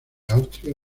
austria